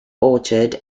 orchard